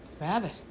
Rabbit